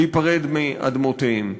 להיפרד מאדמותיהם.